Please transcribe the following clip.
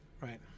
Right